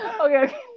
Okay